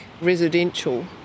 residential